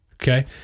Okay